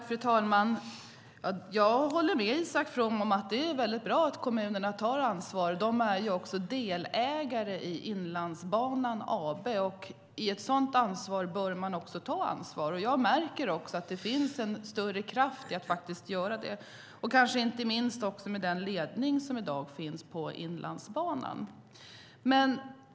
Fru talman! Jag håller med Isak From om att det är bra att kommunerna tar ansvar. De är också delägare i Inlandsbanan AB. Då bör man ta ansvar. Jag märker att det finns en större kraft i att ta ansvar, inte minst med den ledning som i dag finns på Inlandsbanan.